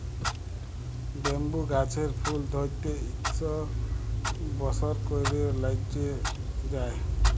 bamboo গাহাচের ফুল ধ্যইরতে ইকশ বসর ক্যইরে ল্যাইগে যায়